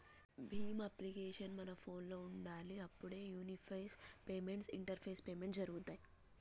Bhim application మన ఫోనులో ఉండాలి అప్పుడే యూనిఫైడ్ పేమెంట్స్ ఇంటరపేస్ పేమెంట్స్ జరుగుతాయ్